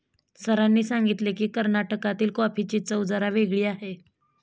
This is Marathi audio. सरांनी सांगितले की, कर्नाटकातील कॉफीची चव जरा वेगळी आहे